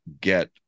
get